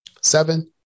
Seven